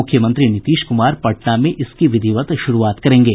मुख्यमंत्री नीतीश कुमार पटना में इसकी विधिवत शुरूआत करेंगे